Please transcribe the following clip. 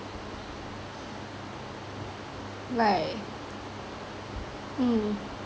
right mm